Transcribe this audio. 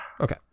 Okay